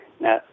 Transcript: Now